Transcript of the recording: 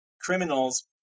criminals